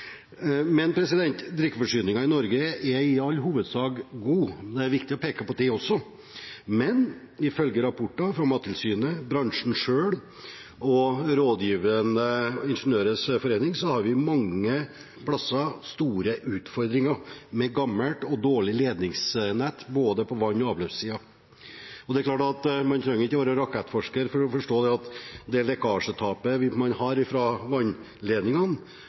Men ifølge rapporter fra Mattilsynet, bransjen selv og Rådgivende Ingeniørers Forening har vi mange steder store utfordringer med gammelt og dårlig ledningsnett, både på vann- og avløpssiden. Man trenger ikke være rakettforsker for å forstå at det lekkasjetapet vi har fra vannledningene